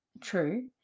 True